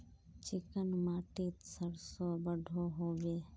Chicken माटित सरसों बढ़ो होबे?